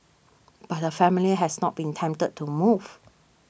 but her family has not been tempted to move